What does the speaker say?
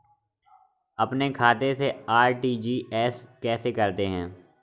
अपने खाते से आर.टी.जी.एस कैसे करते हैं?